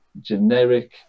generic